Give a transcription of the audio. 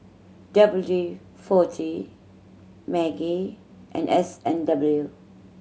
W D Forty Maggi and S and W